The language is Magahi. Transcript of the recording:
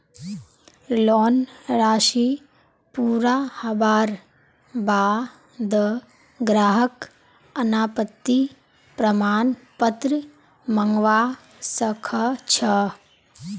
लोन राशि पूरा हबार बा द ग्राहक अनापत्ति प्रमाण पत्र मंगवा स ख छ